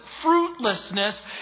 fruitlessness